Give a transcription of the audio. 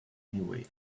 anyway